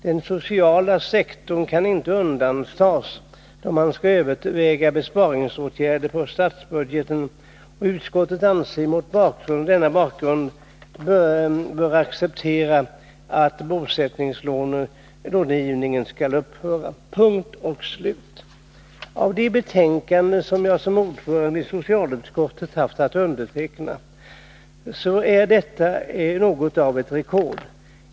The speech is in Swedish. Den sociala sektorn kan inte undantas då man skall överväga besparingsåtgärder i statsbudgeten, och utskottet anser sig mot denna bakgrund böra acceptera att bosättningslånegivningen skall upphöra. Punkt och slut. Av de betänkanden som jag som ordförande i socialutskottet har haft att underteckna, är detta något av ett rekord.